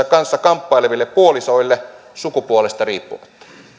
kanssa kamppaileville puolisoille sukupuolesta riippumatta arvoisa